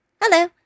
Hello